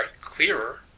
clearer